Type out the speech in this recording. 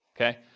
Okay